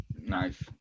Nice